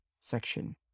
section